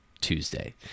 Tuesday